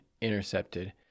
intercepted